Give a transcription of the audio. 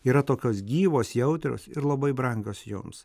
yra tokios gyvos jautrios ir labai brangios jums